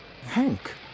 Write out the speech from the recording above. Hank